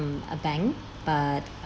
a bank but